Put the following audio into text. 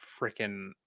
freaking